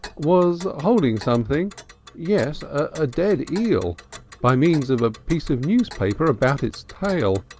was holding something yes a dead eel by means of a piece of newspaper about its tail,